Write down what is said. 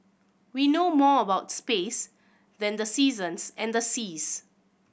we know more about space than the seasons and the seas